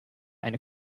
eine